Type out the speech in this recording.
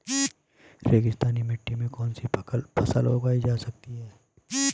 रेगिस्तानी मिट्टी में कौनसी फसलें उगाई जा सकती हैं?